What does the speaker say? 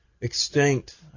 extinct